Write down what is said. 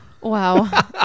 Wow